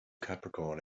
capricorn